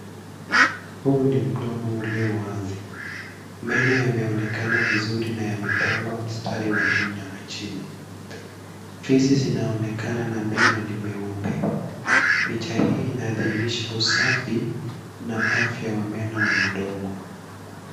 Huu ni mdomo ulio wazi. Meno yameonekana vizuri na yamepangwa mstari wa juu na ya chini. Fizi zinaonekana na meno ni meupe. Picha hiii inadhihirisha usafi na afywa wa meno wa mdomo.